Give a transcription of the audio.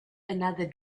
another